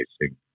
facing